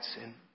sin